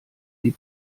sie